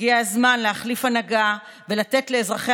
הגיע הזמן להחליף הנהגה ולתת לאזרחי